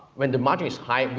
when the margin is high,